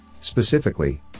Specifically